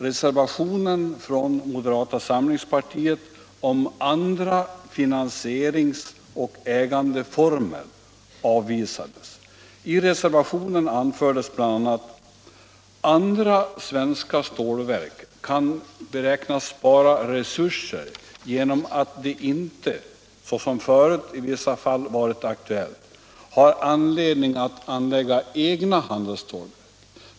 Reservationen från moderata samlingspartiet om andra finansieringsoch ägandeformer avslogs. I reservationen anfördes bl.a.: ”Andra svenska stålverk kan beräknas spara resurser genom att de inte, såsom förut i vissa fall varit aktuellt, har anledning att anlägga egna handelsstålverk.